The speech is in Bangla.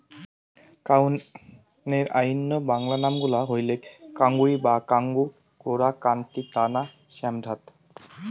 কাউনের অইন্য বাংলা নাম গুলা হইলেক কাঙ্গুই বা কাঙ্গু, কোরা, কান্তি, দানা ও শ্যামধাত